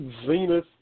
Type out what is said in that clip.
zenith